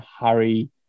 Harry